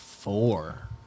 Four